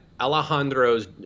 Alejandro's